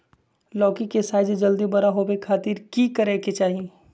लौकी के साइज जल्दी बड़ा होबे खातिर की करे के चाही?